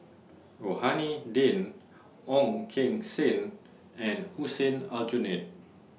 Rohani Din Ong Keng Sen and Hussein Aljunied